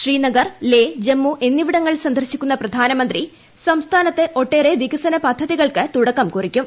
ശ്രീനഗർ ലേ ജമ്മു എന്നിവിടങ്ങൾ സന്ദർശിക്കുന്ന പ്രധാനമന്ത്രി സംസ്ഥാനത്ത് ഒട്ടേറെ വികസന പദ്ധതികൾക്ക് തുടക്കം കുറിക്കും